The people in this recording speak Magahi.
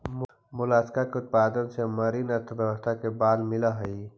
मोलस्का के उत्पादन से मरीन अर्थव्यवस्था के बल मिलऽ हई